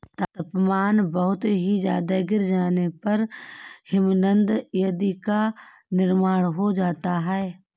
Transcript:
तापमान बहुत ही ज्यादा गिर जाने पर हिमनद आदि का निर्माण हो जाता है